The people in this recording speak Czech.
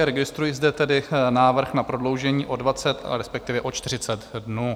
Registruji zde tedy návrh na prodloužení o 20, respektive o 40 dnů.